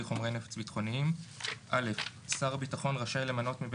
חומרי נפץ ביטחוניים 10א. שר הביטחון רשאי למנות מבין